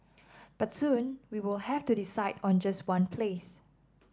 but soon we will have to decide on just one place